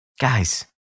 Guys